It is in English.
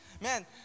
Man